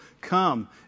come